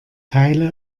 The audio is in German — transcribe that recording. teile